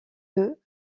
deux